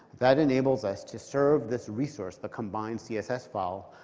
that enables us to serve this resource, a combined css file,